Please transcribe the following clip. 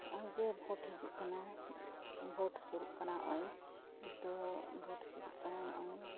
ᱱᱚᱜᱼᱚᱭᱡᱮ ᱵᱷᱳᱴ ᱦᱤᱡᱩᱜ ᱠᱟᱱᱟ ᱵᱷᱳᱴ ᱥᱩᱨᱩᱜ ᱠᱟᱱᱟ ᱱᱚᱜᱼᱚᱭ ᱛᱚ ᱵᱷᱳᱴ ᱥᱩᱨᱩᱜ ᱠᱟᱱᱟ ᱱᱚᱜᱼᱚᱭ